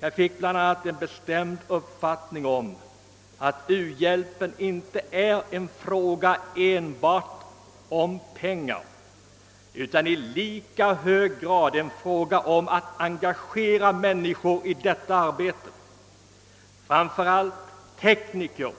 Jag fick bl.a. en bestämd uppfattning om att u-hjälpen inte enbart är en fråga om pengar utan i lika hög grad om att engagera människor i detta arbete — framför allt tekniker,